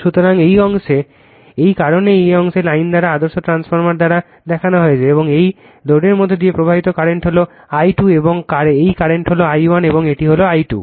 সুতরাং এই অংশে এই কারণেই এই অংশে লাইন দ্বারা আদর্শ ট্রান্সফরমার দ্বারা দেখানো হয়েছে এবং এই লোডের মধ্য দিয়ে প্রবাহিত কারেন্ট হল I2 এবং এই কারেন্ট হল I1 এবং এটি হল I2